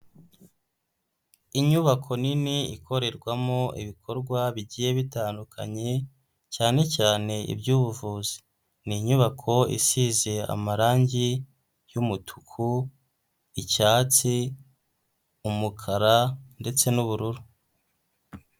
Inyubako nini ikorerwamo ibikorwa bigiye bitandukanye cyane cyane iby'ubuvuzi ni inyubako isize amarangi y'umutuku, icyatsi umukara ndetse n'ubururu.